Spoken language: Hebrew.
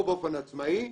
או באופן עצמאי,